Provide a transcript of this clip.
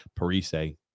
Parise